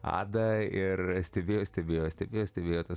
adą ir stebėjo stebėjo stebėjo stebėjo tą